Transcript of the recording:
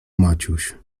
maciuś